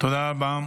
תודה רבה.